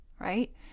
Right